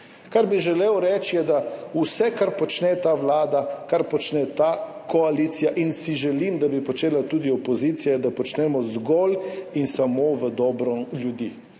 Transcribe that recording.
Kar bi želel reči, je, da vse, kar počne ta vlada, kar počne ta koalicija in si želim, da bi počela tudi opozicija, počnemo zgolj in samo v dobro ljudi.